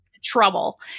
trouble